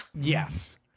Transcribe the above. Yes